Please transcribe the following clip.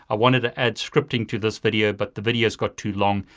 i wanted to add scripting to this video, but the video's got too long,